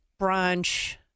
brunch